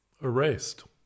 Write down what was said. erased